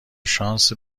شانس